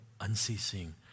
unceasing